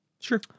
Sure